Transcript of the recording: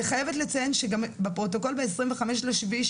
אני חייבת לציין שגם בפרוטוקול ב-25 ליולי,